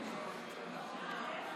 ההצבעה: